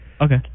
Okay